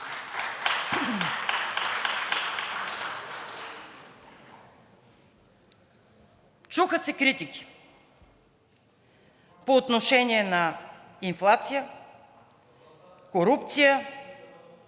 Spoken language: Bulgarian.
Чуха се критики по отношение на инфлация, корупция